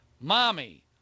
Mommy